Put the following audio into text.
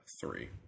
three